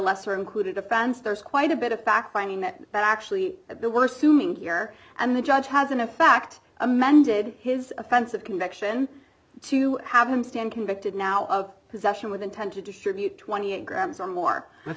lesser included offense there's quite a bit of fact finding that that actually at the worst zooming here and the judge has an effect amended his offensive conviction to have him stand convicted now of possession with intent to distribute twenty eight grams or more